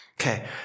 Okay